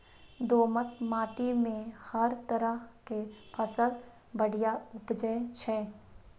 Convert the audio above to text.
दोमट माटि मे हर तरहक फसल बढ़िया उपजै छै